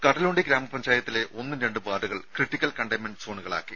കടലുണ്ടി ഗ്രാമപഞ്ചായത്തിലെ ഒന്നും രണ്ടും വാർഡുകൾ ക്രിട്ടിക്കൽ കണ്ടെയ്ൻമെന്റ് സോണുകളാക്കി